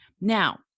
Now